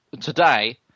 today